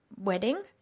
wedding